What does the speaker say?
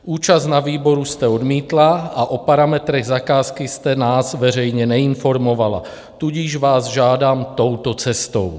Účast na výboru jste odmítla a o parametrech zakázky jste nás veřejně neinformovala, tudíž vás žádám touto cestou.